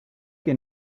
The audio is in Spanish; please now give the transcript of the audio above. que